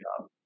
job